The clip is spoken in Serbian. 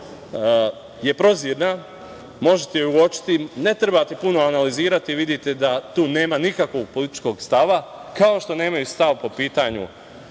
je prozirna. Možete je uočiti, ne trebate puno analizirati i videti da tu nema nikakvog političkog stava, kao što nemaju stav po pitanju